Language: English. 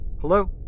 Hello